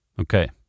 Okay